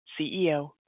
CEO